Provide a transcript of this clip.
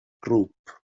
grŵp